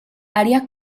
haría